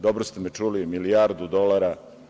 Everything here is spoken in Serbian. Dobro ste me čuli, milijardu dolara.